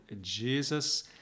Jesus